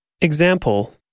Example